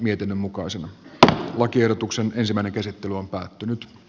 nyt päätetään lakiehdotuksen sisällöstä